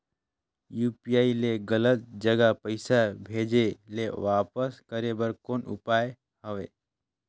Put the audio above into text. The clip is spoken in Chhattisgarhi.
यू.पी.आई ले गलत जगह पईसा भेजाय ल वापस करे बर कौन उपाय हवय?